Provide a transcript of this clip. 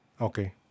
okay